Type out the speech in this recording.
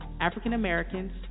African-Americans